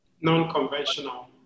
Non-conventional